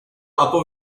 upper